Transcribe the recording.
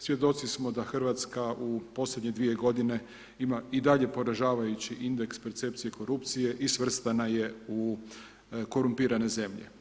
Svjedoci smo da Hrvatska u posljednje dvije godine ima i dalje poražavajući indeks percepcije korupcije i svrstana je u korumpirane zemlje.